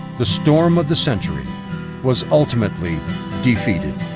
the storm of the century was ultimately defeated.